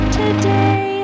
today